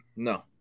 No